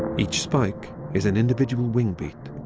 each spike is an individual wing beat.